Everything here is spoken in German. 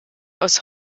aus